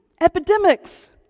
epidemics